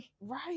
right